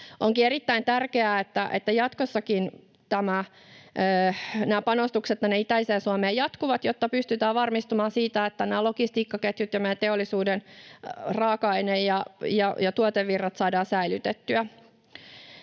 Onkin erittäin tärkeää, että jatkossakin panostukset itäiseen Suomeen jatkuvat, jotta pystytään varmistumaan siitä, että nämä logistiikkaketjut ja meidän teollisuuden raaka-aine‑ ja tuotevirrat saadaan säilytettyä.